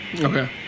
Okay